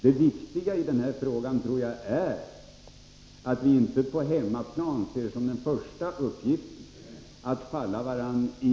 Det viktiga i den här frågan tror jag är att vi inte på hemmaplan ser som den första uppgiften att falla varandra i ryggen för att nedvärdera de insatser som från svensk sida görs för att även i fortsättningen ligga i täten i kampen mot försurningen.